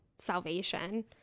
salvation